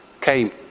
came